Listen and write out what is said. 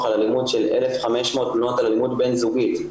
על אלימות של 1,500 פניות על אלימות בן זוגית.